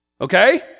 Okay